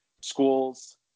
schools